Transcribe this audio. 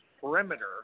perimeter